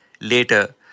later